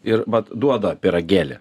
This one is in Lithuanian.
ir vat duoda pyragėlį